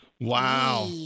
Wow